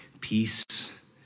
peace